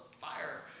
fire